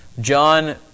John